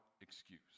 excuse